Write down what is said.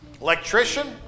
Electrician